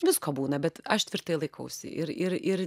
visko būna bet aš tvirtai laikausi ir ir ir